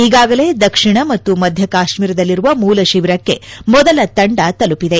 ಈಗಾಗಲೇ ದಕ್ಷಿಣ ಮತ್ತು ಮಧ್ಯ ಕಾಶ್ಮೀರದಲ್ಲಿರುವ ಮೂಲ ಶಿಬಿರಕ್ಕೆ ಮೊದಲ ತಂಡ ತಲುಪಿದೆ